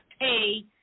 pay